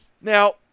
Now